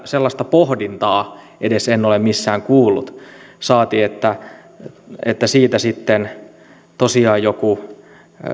sellaista pohdintaa en ole missään kuullut saati että että siitä sitten tosiaan joku